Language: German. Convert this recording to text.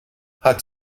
hat